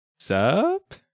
Sup